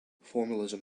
formalism